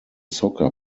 soccer